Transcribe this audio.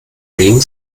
wegen